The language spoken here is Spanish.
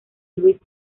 luis